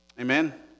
Amen